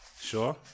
Sure